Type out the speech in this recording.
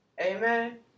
Amen